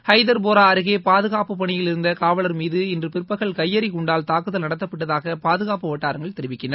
ஹைதர்போரா அருகே பாதுகாப்பு பணியில் இருந்த காவலர் மீது இன்று பிற்பகல் கையெறி குண்டால் தாக்குதல் நடத்தப்பட்டதாக பாதுகாப்பு வட்டாரங்கள் தெரிவிக்கின்ற